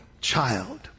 child